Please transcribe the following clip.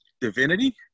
Divinity